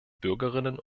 bürgerinnen